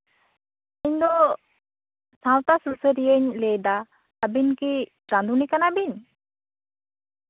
ᱤᱧ ᱫᱚ ᱥᱟᱶᱛᱟ ᱥᱩᱥᱟᱹᱨᱤᱭᱟᱹᱧ ᱞᱟᱹᱭ ᱮᱫᱟ ᱟᱹᱵᱤᱱ ᱠᱤ ᱨᱟᱸᱫᱷᱩᱱᱤ ᱠᱟᱱᱟ ᱵᱤᱱ